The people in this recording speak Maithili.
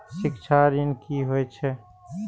शिक्षा ऋण की होय छै?